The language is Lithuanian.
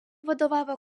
vadovavo